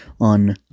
on